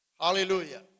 Hallelujah